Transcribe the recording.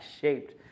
shaped